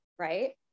right